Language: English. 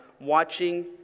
watching